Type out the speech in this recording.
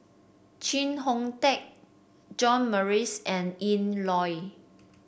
Chee Hong Tat John Morrice and Ian Loy